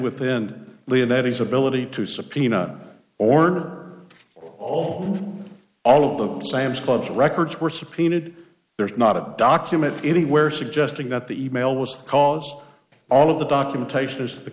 ability to subpoena order all all of the sam's club records were subpoenaed there's not a document anywhere suggesting that the e mail was cause all of the documentation is the